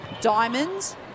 Diamonds